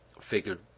Figured